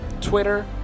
Twitter